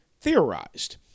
theorized